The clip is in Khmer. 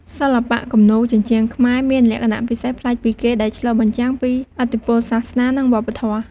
សិល្បៈគំនូរជញ្ជាំងខ្មែរមានលក្ខណៈពិសេសប្លែកពីគេ ដែលឆ្លុះបញ្ចាំងពីឥទ្ធិពលសាសនា និងវប្បធម៌។